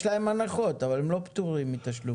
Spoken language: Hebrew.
יש להם הנחות, אבל הם לא פטורים מתשלום.